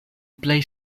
plej